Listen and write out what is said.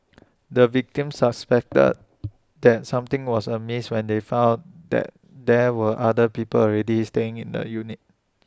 the victims suspected that something was amiss when they found that there were other people already staying in the unit